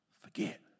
forget